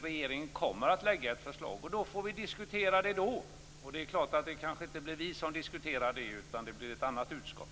Regeringen kommer att lägga fram ett förslag, och då får vi diskutera det - även om det kanske inte blir vi som diskuterar det utan ett annat utskott.